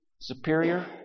superior